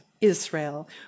Israel